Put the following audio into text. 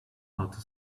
outer